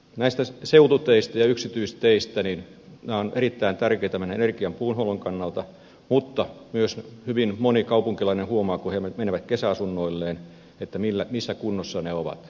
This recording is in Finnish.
nämä seututiet ja yksityistiet ovat erittäin tärkeitä meidän energian puunhuollon kannalta mutta myös hyvin moni kaupunkilainen huomaa kun menee kesäasunnoilleen missä kunnossa ne ovat